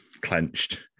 clenched